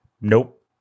nope